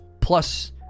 plus